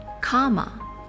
Karma